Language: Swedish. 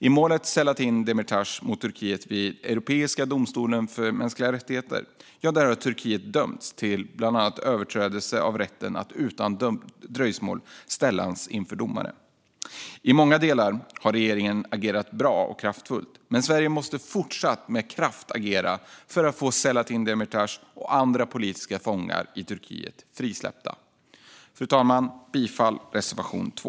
I målet Selahattin Demirtas mot Turkiet vid Europeiska domstolen för mänskliga rättigheter har Turkiet dömts för bland annat överträdelser av rätten att utan dröjsmål ställas inför domare. I många delar har regeringen agerat bra och kraftfullt, men Sverige måste fortsatt med kraft agera för att få Selahattin Demirtas och andra politiska fångar i Turkiet frisläppta. Fru talman! Jag yrkar bifall till reservation 2.